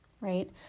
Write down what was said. right